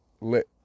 lit